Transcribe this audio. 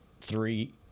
three